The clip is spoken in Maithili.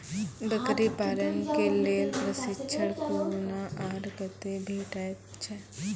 बकरी पालन के लेल प्रशिक्षण कूना आर कते भेटैत छै?